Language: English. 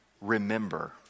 remember